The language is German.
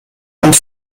und